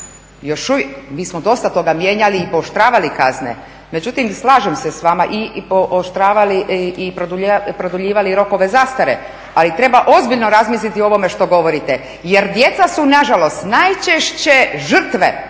djecu, mi smo dosta toga mijenjali i pooštravali kazne, međutim slažem se s vama i pooštravali i produljivali rokove zastare, ali treba ozbiljno razmisliti o ovome što govorite jer djeca su nažalost najčešće žrtve